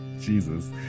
Jesus